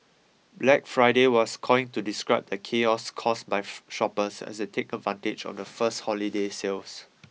Black Friday was coined to describe the chaos caused by shoppers as they take advantage of the first holiday sales